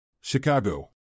Chicago